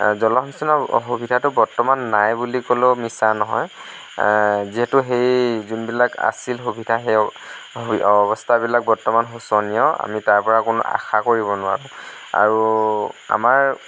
জলসিঞ্চনৰ সুবিধাটো বৰ্তমান নাই বুলি ক'লেও মিছা নহয় যিহেতু সেই যিবিলাক আছিল সুবিধা সেই অৱস্থাবিলাক বৰ্তমান শোচনীয় আমি তাৰ পৰা কোনো আশা কৰিব নোৱাৰোঁ আৰু আমাৰ